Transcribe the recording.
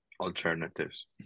alternatives